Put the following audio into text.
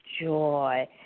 joy